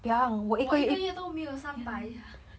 我一个月都没有三百 ya